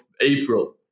April